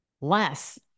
less